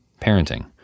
parenting